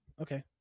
Okay